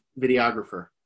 videographer